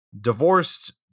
divorced